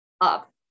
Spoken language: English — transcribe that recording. up